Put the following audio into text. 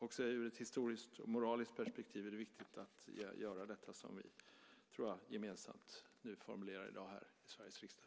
Också ur ett historiskt och moraliskt perspektiv är det viktigt att göra det som vi nu gemensamt formulerar här i dag i Sveriges riksdag.